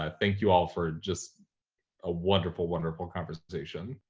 ah thank you all for just a wonderful, wonderful conversation.